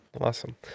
Awesome